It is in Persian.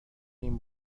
این